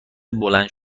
بلند